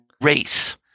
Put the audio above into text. race